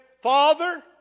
Father